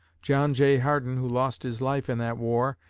john j. hardin, who lost his life in that war,